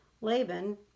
Laban